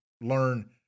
learn